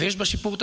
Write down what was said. יש בה שיפור תשתיות,